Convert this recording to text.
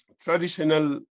traditional